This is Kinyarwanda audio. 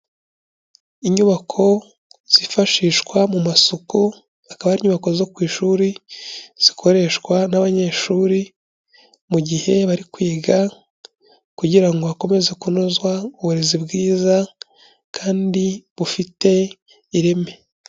Inyubako zifashishwa mu masuku, akaba ari inyubako zo ku ishuri zikoreshwa n'abanyeshuri mu gihe bari kwiga kugira ngo hakomeze kunozwa uburezi bwiza kandi bufite ireme.